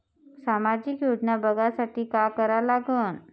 सामाजिक योजना बघासाठी का करा लागन?